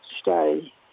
stay